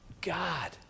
God